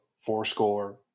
four-score